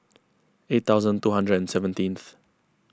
eight thousand two hundred and seventeenth